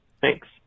Thanks